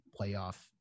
playoff